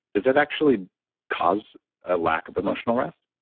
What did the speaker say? does that actually cause a lack of emotional rest?